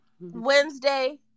Wednesday